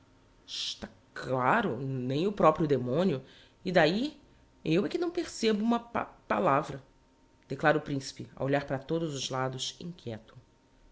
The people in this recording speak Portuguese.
claro nem o proprio demonio e d'ahi eu é que não percebo uma pa palavra declara o principe a olhar para todos os lados inquieto